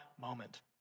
moment